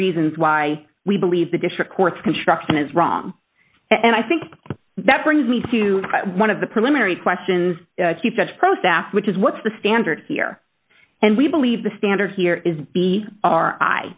reasons why we believe the district court's construction is wrong and i think that brings me to one of the preliminary questions keep us pro staff which is what's the standard here and we believe the standard here is b r i